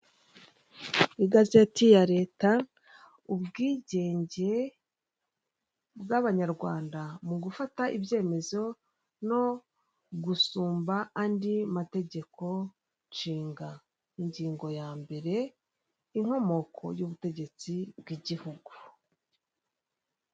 Igazeti ya Leta, ubwigenge bw'abanyarwanda, mu gufata ibyemezo no gusumba andi mategeko nshinga. Ingingo ya mbere ,inkomoko y'ubutegetsi bw'igihugu.